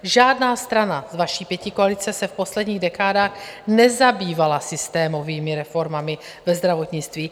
Žádná strana vaší pětikoalice se v posledních dekádách nezabývala systémovými reformami ve zdravotnictví.